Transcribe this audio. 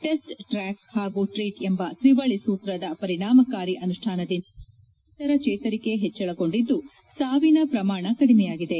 test track ಹಾಗೂ treat ಎಂಬ ತ್ರಿವಳಿ ಸೂತ್ರದ ಪರಿಣಾಮಕಾರಿ ಅನುಷ್ಠಾನದಿಂದ ಸೋಂಕಿತರ ಚೇತರಿಕೆ ಹೆಚ್ಚಳಗೊಂಡಿದ್ದು ಸಾವಿನ ಪ್ರಮಾಣ ಕಡಿಮೆಯಾಗಿದೆ